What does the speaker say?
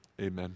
amen